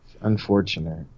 unfortunate